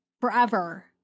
forever